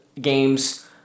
games